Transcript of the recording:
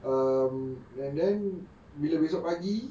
um and then bila esok pagi